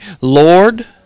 Lord